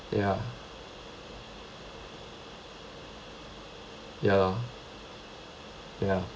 ya ya lor ya